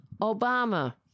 Obama